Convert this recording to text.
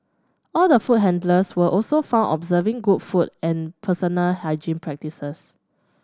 all the food handlers were also found observing good food and personal hygiene practices